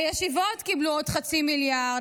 הישיבות קיבלו עוד חצי מיליארד,